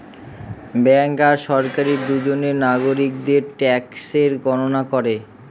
bank আর সরকারি দুজনে নাগরিকদের ট্যাক্সের গণনা করে